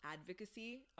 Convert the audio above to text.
advocacy